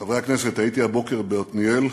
חברי הכנסת, הייתי הבוקר בעתניאל,